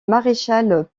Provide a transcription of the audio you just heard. maréchal